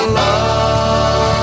love